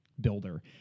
builder